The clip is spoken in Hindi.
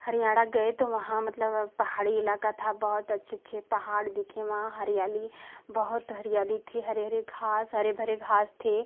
हरियाणा गए तो वहाँ मतलब पहाड़ी इलाका था बहुत अच्छे अच्छे पहाड़ दिखे वहाँ हरियाली बहुत हरियाली थी हरी हरी घास हरी भरी घास थी